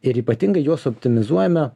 ir ypatingai juos optimizuojame